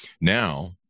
now